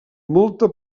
molta